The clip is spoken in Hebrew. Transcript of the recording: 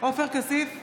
עופר כסיף,